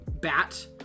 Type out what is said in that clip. bat